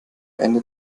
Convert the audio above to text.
ende